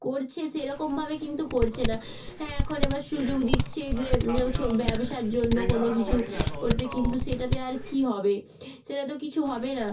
করছে সেরকমভাবে কিন্তু করছে না হ্যাঁ এখন এবার সুযোগ দিচ্ছে যে ছো ব্যবসার জন্য কোনো কিছু করতে কিন্তু সেটাতে আর কী হবে সেটা তো কিছু হবে না